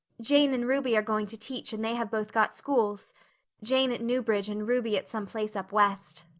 jane and ruby are going to teach and they have both got schools jane at newbridge and ruby at some place up west.